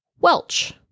Welch